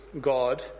God